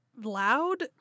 loud